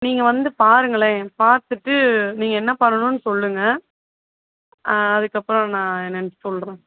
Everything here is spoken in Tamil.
நீங்கள் வந்து பாருங்களேன் பார்த்துட்டு நீங்கள் என்ன பண்ணணும்ன்னு சொல்லுங்கள் அதுக்கப்புறம் நான் என்னன்னு சொல்கிறேன்